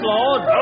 Lord